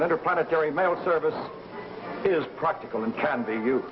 letter planetary mail service is practical and can be you